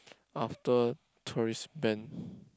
after tourist ban